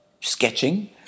sketching